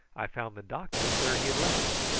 i found the doctor's where he had left it,